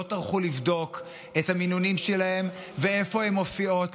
לא טרחו לבדוק את המינונים שלהן ואיפה הן מופיעות.